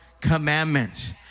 commandments